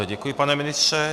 Děkuji, pane ministře.